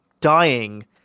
dying